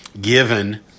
given